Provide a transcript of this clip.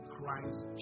Christ